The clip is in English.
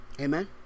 Amen